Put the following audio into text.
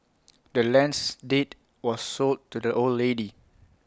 the land's deed was sold to the old lady